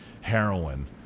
heroin